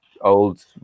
old